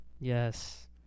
Yes